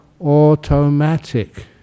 automatic